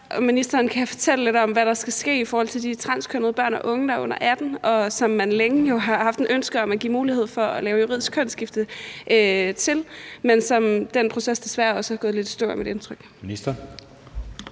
ministeren kan fortælle lidt om, hvad der skal ske i forhold til de transkønnede børn og unge, der er under 18 år, og som man jo længe har haft et ønske om at give mulighed for at lave juridisk kønsskifte til. Men den proces er desværre også gået lidt i stå, er mit indtryk. Kl.